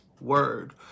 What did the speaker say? word